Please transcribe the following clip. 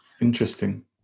Interesting